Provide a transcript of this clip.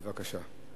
בבקשה.